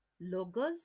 logos